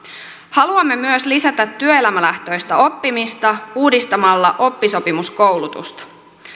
haluamme myös lisätä työelämälähtöistä oppimista uudistamalla oppisopimuskoulutusta